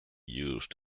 used